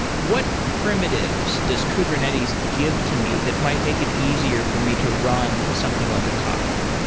what primitives does kubernetes give to me that might make it easier for me to run something like a kafka?